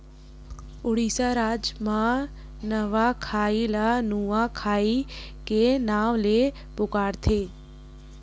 उड़ीसा राज म नवाखाई ल नुआखाई के नाव ले पुकारथे